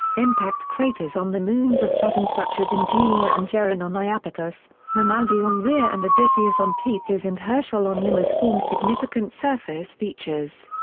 impact craters on the moons of saturn such as engelier and gerin on ah iapetus, mamaldi on rhea and odysseus on tethys and herschel on mimas form significant surface features.